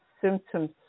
symptoms